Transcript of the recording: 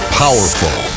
powerful